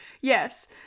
Yes